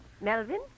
Melvin